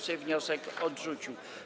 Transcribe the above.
Sejm wniosek odrzucił.